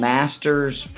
Masters